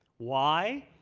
why?